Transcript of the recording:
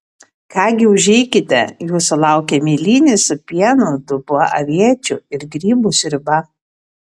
ką gi užeikite jūsų laukia mėlynės su pienu dubuo aviečių ir grybų sriuba